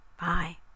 Bye